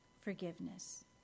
forgiveness